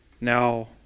Now